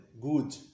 good